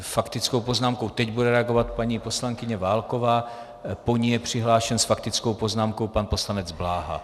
Faktickou poznámkou teď bude reagovat paní poslankyně Válková, po ní je přihlášen s faktickou poznámkou pan poslanec Bláha.